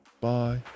Bye